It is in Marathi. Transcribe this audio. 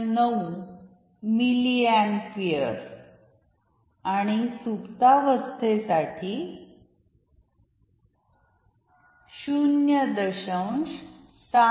009 मिली एंपियर आणि सुप्तावस्थेत साठी 0